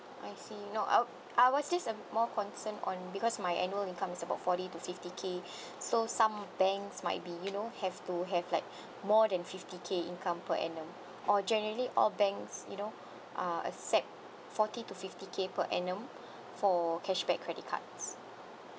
I see no I I was just um more concern on because my annual income is about forty to fifty K so some banks might be you know have to have like more than fifty K income per annum or generally all banks you know uh accept forty to fifty K per annum for cashback credit cards